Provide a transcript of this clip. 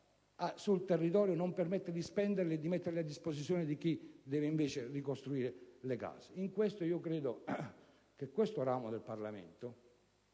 sul territorio non permette di utilizzarli e di metterli a disposizione di chi deve ricostruire le case). In merito, credo che questo ramo del Parlamento